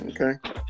Okay